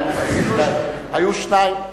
היו שניים.